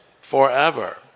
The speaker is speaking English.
forever